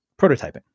prototyping